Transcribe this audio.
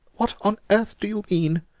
what on earth do you mean?